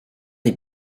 des